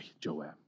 Joab